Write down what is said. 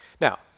Now